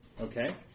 Okay